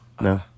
No